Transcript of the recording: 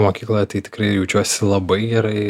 mokykloje tai tikrai jaučiuosi labai gerai